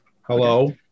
Hello